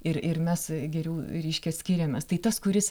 ir ir mes geriau reiškia skiriamės tai tas kuris